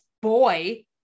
boy